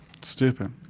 stupid